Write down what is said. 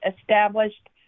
established